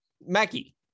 Mackie